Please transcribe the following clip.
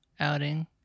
outing